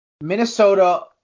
Minnesota –